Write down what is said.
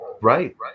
Right